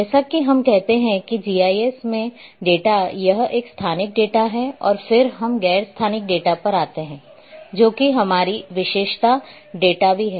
जैसा कि हम कहते हैं कि जीआईएस में डेटा यह एक स्थानिक डेटा है और फिर हम गैर स्थानिक डेटा पर आते हैं जो कि हमारी विशेषता डेटा भी है